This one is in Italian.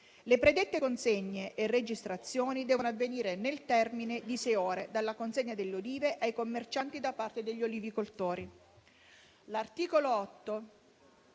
Le predette consegne e registrazioni devono avvenire nel termine di sei ore dalla consegna delle olive ai commercianti da parte degli olivicoltori. L'articolo